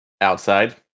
Outside